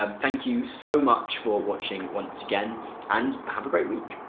um thank you so much for watching once again and have a great week!